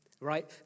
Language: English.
right